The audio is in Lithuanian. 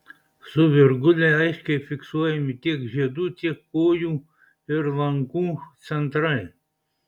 su virgule aiškiai fiksuojami tiek žiedų tiek kojų ir lankų centrai